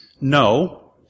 no